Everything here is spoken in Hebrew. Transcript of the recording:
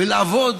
ולעבוד